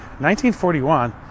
1941